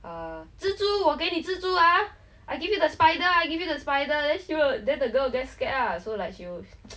err 蜘蛛我给你蜘蛛 ah I give you the spider I give you the spider then she will then the girl get scared lah so like she'll